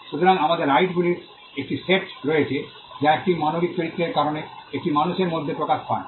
সুতরাং আমাদের রাইট গুলির একটি সেট রয়েছে যা একটি মানবিক চরিত্রের কারণে একটি মানুষের মধ্যে প্রকাশ পায়